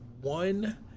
one